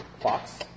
Fox